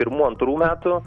pirmų antrų metų